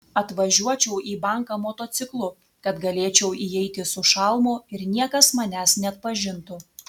atvažiuočiau į banką motociklu kad galėčiau įeiti su šalmu ir niekas manęs neatpažintų